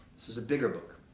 this is a bigger book.